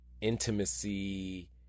intimacy